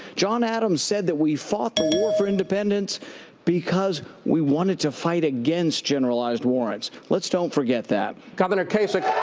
john adams said that we fought a war for independence because we wanted to fight against generalized warrants. let's don't forget that. governor kasich,